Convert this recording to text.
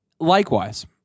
Likewise